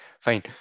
Fine